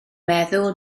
meddwl